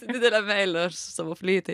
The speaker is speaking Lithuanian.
su didele meile aš savo fleitai